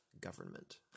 government